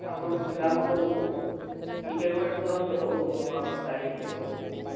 ଆପଣକୁ ଗୋଟେ କାମ କରନ୍ତୁ ଟିକିଏ ୱେଟ୍ କରନ୍ତୁ ମୁଁ ଆପଣଙ୍କୁ କାଢ଼ିକି ଦେଖଉଛି